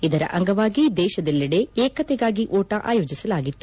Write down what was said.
ಇದರ ಅಂಗವಾಗಿ ದೇಶದೆಲ್ಲೆದೆ ಏಕತೆಗಾಗಿ ಓಟ ಆಯೋಜಿಸಲಾಗಿತ್ತು